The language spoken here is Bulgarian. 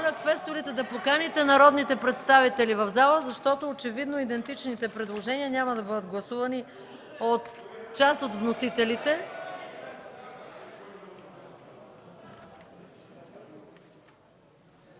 Моля квесторите да поканят народните представители в залата, защото очевидно идентичните предложения няма да бъдат гласувани от част от вносителите.